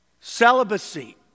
celibacy